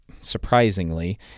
surprisingly